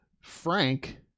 Frank